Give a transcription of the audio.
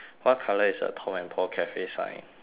what colour is the tom and paul cafe sign